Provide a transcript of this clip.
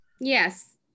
yes